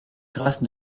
grace